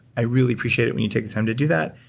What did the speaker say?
i really appreciate it when you take the time to do that,